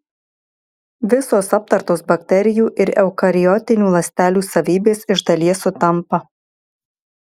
visos aptartos bakterijų ir eukariotinių ląstelių savybės iš dalies sutampa